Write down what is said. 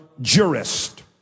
jurist